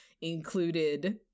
included